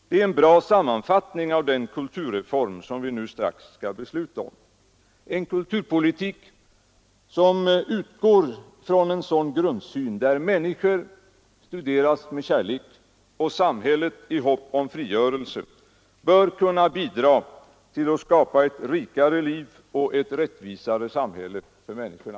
Det är en bra sammanfattning av den kulturreform som vi nu strax skall besluta om — en kulturpolitik som utgår från en sådan grundsyn där människor studeras med kärlek och där samhället i hopp om frigörelse bör kunna bidra till att skapa ett rikare liv och större rättvisa för människorna.